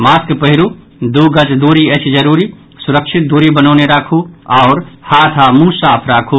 mask पहिरू दू गज दूरी अछि जरूरी सुरक्षित दूरी बनौने राखू हाथ आओर मुंह साफ राखू